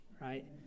right